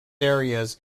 areas